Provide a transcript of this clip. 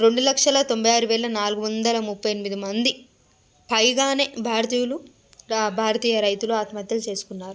రెండు లక్షల తొంభైఆరు వేల నాలుగు వందల ముప్ఫై ఎనిమిది మంది పైగానే భారతీయులు భారతీయ రైతులు ఆత్మహత్యలు చేసుకున్నారు